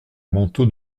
manteau